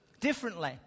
differently